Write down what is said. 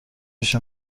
پیش